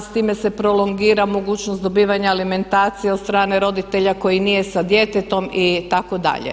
S time se prolongira mogućnost dobivanja alimentacije od strane roditelja koji nije sa djetetom itd.